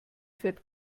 fährt